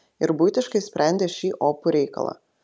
ir buitiškai sprendė šį opų reikalą